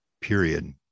period